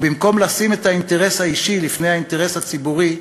ובמקום לשים את האינטרס האישי לפני האינטרס הציבורי,